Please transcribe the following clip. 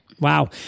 Wow